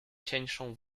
cieńszą